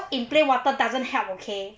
soak in plain water doesn't help okay